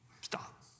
stop